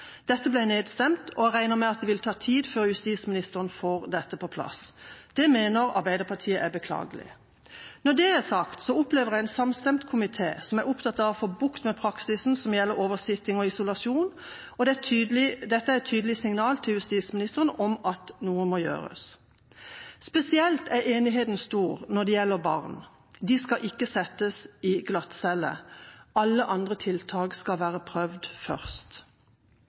Dette ble nedstemt, og jeg regner med at det vil ta tid før justisministeren får dette på plass. Det mener Arbeiderpartiet er beklagelig. Når det er sagt, opplever jeg en samstemt komité som er opptatt av å få bukt med praksisen som gjelder oversitting og isolasjon, og dette er et tydelig signal til justisministeren om at noe må gjøres. Spesielt er enigheten stor når det gjelder barn. De skal ikke settes i glattcelle. Alle andre tiltak skal være prøvd først.